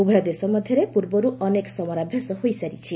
ଉଭୟ ଦେଶ ମଧ୍ୟରେ ପୂର୍ବରୁ ଅନେକ ସମରାଭ୍ୟାସ ହୋଇସାରିଛି